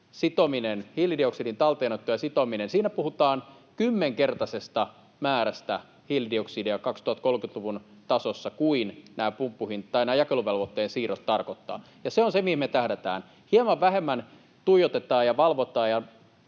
hiilidioksidin talteenotossa ja sitomisessa puhutaan kymmenkertaisesta määrästä hiilidioksidia 2030-luvun tasossa kuin mitä nämä jakeluvelvoitteen siirrot tarkoittavat. Se on se, mihin me tähdätään. Hieman vähemmän tuijotetaan ja valvotaan